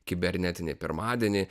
kibernetinį pirmadienį